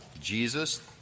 Jesus